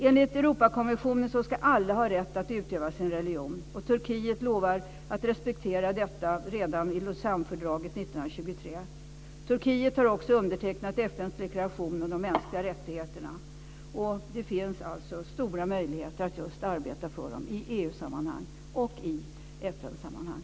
Enligt Europakonventionen ska alla ha rätt att utöva sin religion. Turkiet lovade att respektera detta redan i Lausannefördraget 1923. Turkiet har också undertecknat FN:s deklaration om de mänskliga rättigheterna. Det finns alltså stora möjligheter att arbeta för det här just i EU-sammanhang och FN sammanhang.